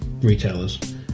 retailers